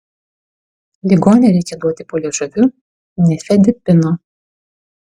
ligonei reikia duoti po liežuviu nifedipino